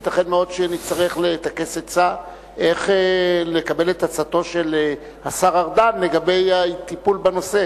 ייתכן שנצטרך לטכס עצה איך לקבל את עצתו של השר ארדן לגבי הטיפול בנושא.